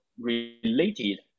related